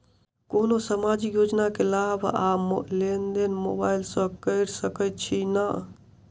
कोनो सामाजिक योजना केँ लाभ आ लेनदेन मोबाइल सँ कैर सकै छिःना?